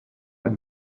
and